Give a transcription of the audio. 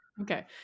Okay